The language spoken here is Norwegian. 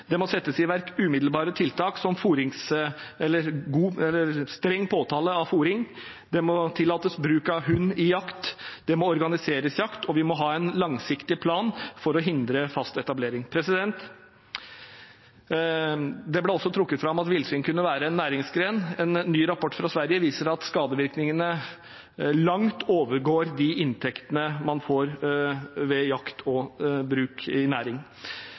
Det må settes i verk umiddelbare tiltak, som streng påtale av fôring, det må tillates bruk av hund i jakt, det må organiseres jakt, og vi må ha en langsiktig plan for å hindre fast etablering. Det ble også trukket fram at villsvin kunne være en næringsgren. En ny rapport fra Sverige viser at skadevirkningene langt overgår de inntektene man får ved jakt og bruk i næring.